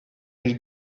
bir